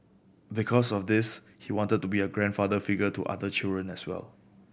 because of this he wanted to be a grandfather figure to other children as well